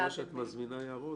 שאת מזמינה הערות.